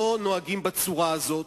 לא נוהגים בצורה הזאת.